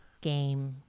Game